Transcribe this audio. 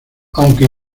aunque